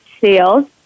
sales